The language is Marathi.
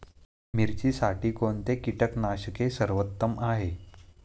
मिरचीसाठी कोणते कीटकनाशके सर्वोत्तम आहे?